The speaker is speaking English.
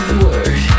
word